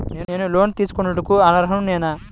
నేను లోన్ తీసుకొనుటకు అర్హుడనేన?